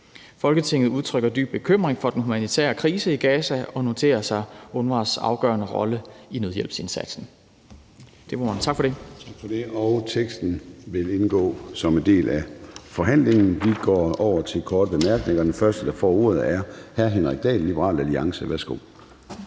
Folketinget udtrykker dyb bekymring for den humanitære krise i Gaza og noterer sig UNRWA's afgørende rolle i nødhjælpsindsatsen«.